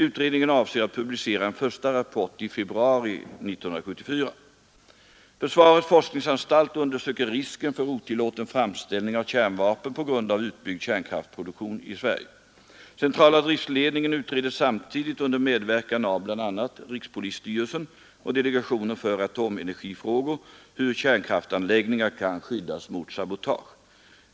Utredningen avser att publicera en första rapport i februari 1974. Försvarets forskningsanstalt undersöker risken för otillåten framställning av kärnvapen på grund av utbyggd kärnkraftproduktion i Sverige. Centrala driftledningen utreder samtidigt under medverkan av bl.a. rikspolisstyrelsen och delegationen för atomenergifrågor hur kärnkraftanläggningar kan skyddas mot sabotage.